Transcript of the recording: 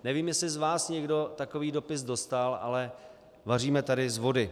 Nevím, jestli z vás někdo takový dopis dostal, ale vaříme tady z vody.